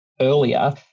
earlier